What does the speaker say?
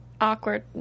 awkward